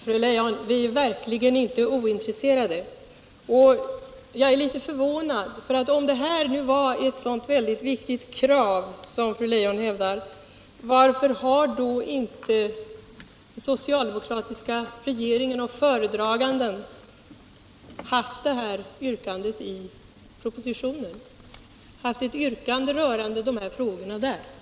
Herr talman! Vi är verkligen inte ointresserade, fru Leijon. Jag är litet förvånad. Om detta var ett så viktigt krav som fru Leijon hävdar, varför har då inte den socialdemokratiska regeringen och föredraganden tagit upp ett yrkande rörande de här frågorna i propositionen?